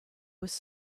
was